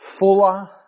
fuller